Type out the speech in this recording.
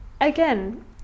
again